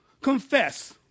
Confess